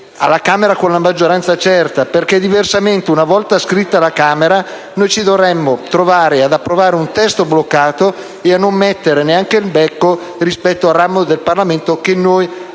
alla Camera con la maggioranza certa, perché, diversamente, una volta iscritto alla Camera, noi ci troveremmo ad approvare un testo bloccato e a non mettere neanche il becco rispetto al ramo del Parlamento che noi